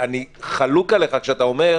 ואני חלוק עליך כשאתה אומר: